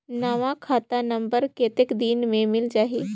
नवा खाता नंबर कतेक दिन मे मिल जाही?